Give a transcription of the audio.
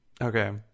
Okay